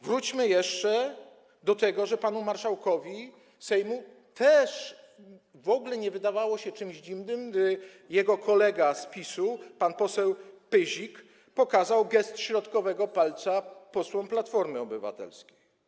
Wróćmy jeszcze do tego, że panu marszałkowi Sejmu w ogóle nie wydawało się czymś dziwnym, gdy jego kolega z PiS-u, pan poseł Pyzik, pokazał gest środkowego palca posłom Platformy Obywatelskiej.